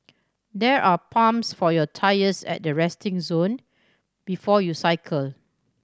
there are pumps for your tyres at the resting zone before you cycle